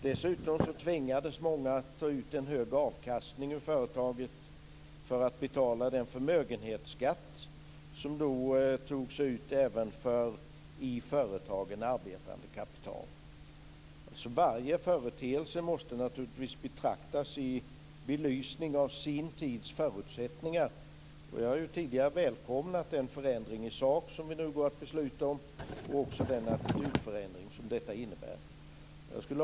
Dessutom tvingades många att ta ut en högre avkastning ur företaget för att betala den förmögenhetsskatt som då togs ut även för i företagen arbetande kapital. Varje företeelse måste naturligtvis betraktas i belysning av sin tids förutsättningar. Och jag har tidigare välkomnat den förändring i sak som vi nu ska fatta beslut om och också den attitydförändring som detta innebär.